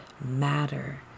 matter